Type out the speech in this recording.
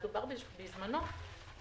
בזמנו דובר על כך,